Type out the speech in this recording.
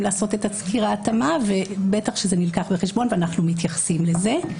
לעשות את תסקיר ההתאמה ובטח זה נלקח בחשבון ואנחנו מתייחסים לזה.